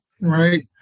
right